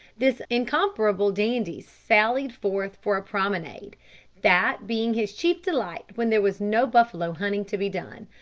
this incomparable dandy sallied forth for a promenade that being his chief delight when there was no buffalo hunting to be done.